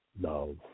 love